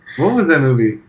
what was that movie?